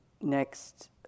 next